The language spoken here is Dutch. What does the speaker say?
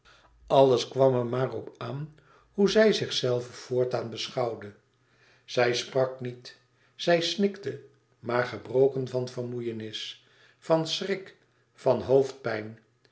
alles kwam er maar op aan hoe zij zichzelve voortaan beschouwde zij sprak niet zij snikte maar gebroken van vermoeienis van schrik van hoofdpijn